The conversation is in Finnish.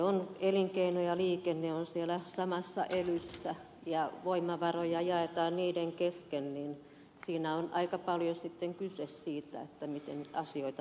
kun elinkeino ja liikenne ovat siellä samassa elyssä ja voimavaroja jaetaan niiden kesken niin siinä on aika paljon sitten kyse siitä miten asioita painotetaan